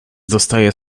dostaje